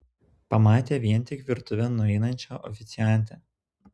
pamatė vien tik virtuvėn nueinančią oficiantę